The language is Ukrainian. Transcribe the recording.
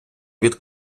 від